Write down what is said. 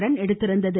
run எடுத்திருந்தது